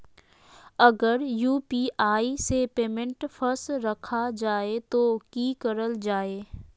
अगर यू.पी.आई से पेमेंट फस रखा जाए तो की करल जाए?